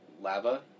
Lava